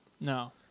No